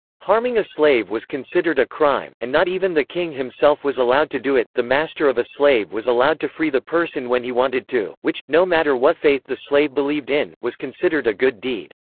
harming a slave was considered a crime, and not even the king himself was allowed to do it the master of a slave was allowed to free the person when he wanted to, which, no matter what faith the slave believed in, was considered a good deed.